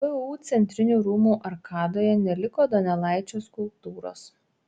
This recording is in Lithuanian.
vu centrinių rūmų arkadoje neliko donelaičio skulptūros